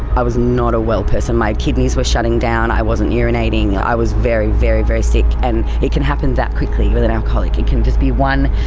i was not a well person. my kidneys were shutting down, i wasn't urinating, i was very, very, very sick and it can happen that quickly with an alcoholic, it can just be one.